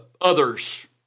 others